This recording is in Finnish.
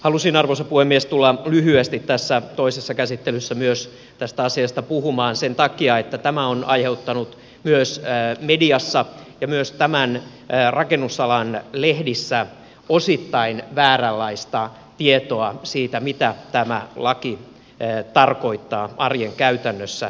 halusin arvoisa puhemies tulla lyhyesti tässä toisessa käsittelyssä myös tästä asiasta puhumaan sen takia että tämä on aiheuttanut mediassa ja myös tämän rakennusalan lehdissä osittain vääränlaista tietoa siitä mitä tämä laki tarkoittaa arjen käytännössä